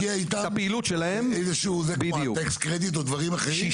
לקדם פרויקטים כמו ה- Tax credit ודברים מהסוג הזה,